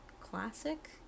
classic